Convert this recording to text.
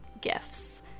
gifts